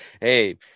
Hey